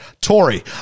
Tory